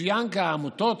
יצוין כי העמותות